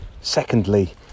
Secondly